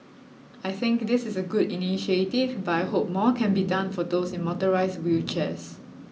I think this is a good initiative but I hope more can be done for those in motorised wheelchairs